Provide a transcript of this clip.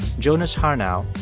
jonas harnell,